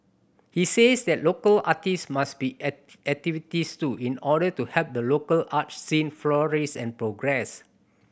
he says that local artists must be activist too in order to help the local art scene flourish and progress